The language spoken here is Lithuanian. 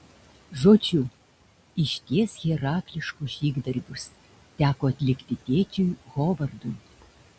žodžiu išties herakliškus žygdarbius teko atlikti tėčiui hovardui